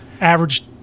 average